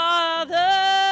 Father